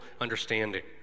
understanding